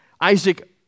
Isaac